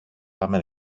πάμε